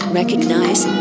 recognize